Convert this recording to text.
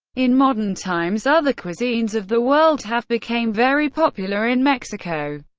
in modern times, other cuisines of the world have become very popular in mexico,